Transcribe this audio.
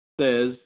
says